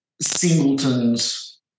singletons